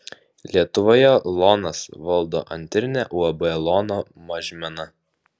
lietuvoje lonas valdo antrinę uab lono mažmena